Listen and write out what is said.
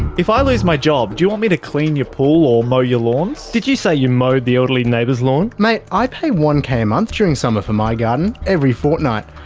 if ah i lose my job, do you want me to clean your pool or mow your lawns? did you say you mowed the elderly neighbours lawns? mate i pay one k a month during summer for my garden, every fortnight,